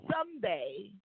someday